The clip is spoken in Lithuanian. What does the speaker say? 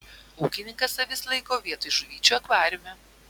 ūkininkas avis laiko vietoj žuvyčių akvariume